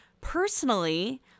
personally